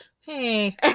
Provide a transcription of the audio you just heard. Hey